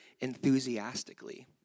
enthusiastically